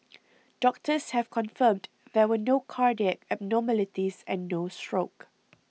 doctors have confirmed there were no cardiac abnormalities and no stroke